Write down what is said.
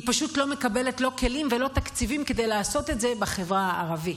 היא פשוט לא מקבלת לא כלים ולא תקציבים כדי לעשות את זה בחברה הערבית,